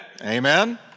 amen